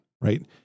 Right